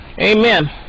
Amen